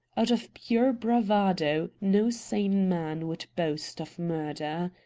out of pure bravado no sane man would boast of murder.